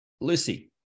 Lucy